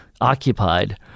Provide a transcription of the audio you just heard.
occupied